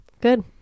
Good